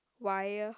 wire